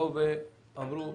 באו ואמרו: